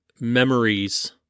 memories